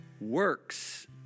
works